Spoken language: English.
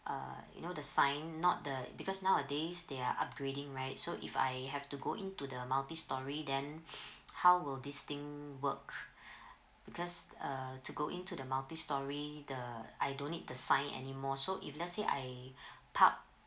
uh you know the sign not the it because nowadays there are upgrading right so if I have to go in to the multi storey then how will this thing work because uh to go into the multi story the I don't need the sign anymore so if let's say I park